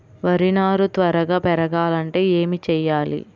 వరి నారు త్వరగా పెరగాలంటే ఏమి చెయ్యాలి?